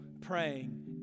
praying